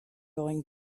going